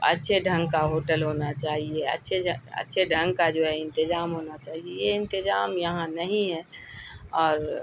اچھے ڈھنگ کا ہوٹل ہونا چاہیے اچھے اچھے ڈھنگ کا جو ہے انتظام ہونا چاہیے یہ انتظام یہاں نہیں ہے اور